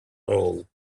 hole